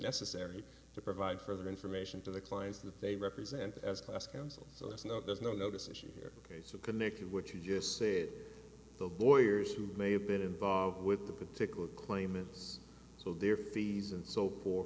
necessary to provide further information to the clients that they represent as class counsel so there's no there's no notice issue here ok so connected what you just said the lawyer is who may have been involved with the particular claimants so their fees and so